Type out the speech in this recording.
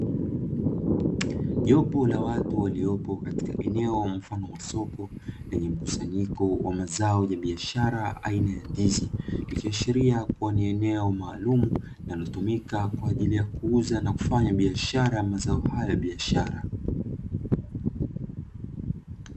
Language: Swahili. Jopo la watu waliopo katika eneo mfano wa soko lenye mkusanyiko wa mazao ya biashara aina ya ndizi, ikiashiria kuwa ni eneo maalumu linalotumika kwa ajili ya kuuza na kufanya biashara ya mazao hayo ya biashara.